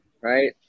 Right